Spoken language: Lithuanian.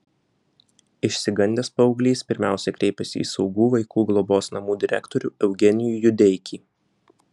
išsigandęs paauglys pirmiausiai kreipėsi į saugų vaikų globos namų direktorių eugenijų judeikį